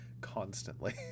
constantly